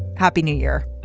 happy new year.